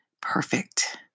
perfect